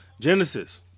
Genesis